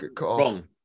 wrong